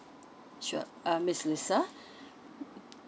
sure uh miss lisa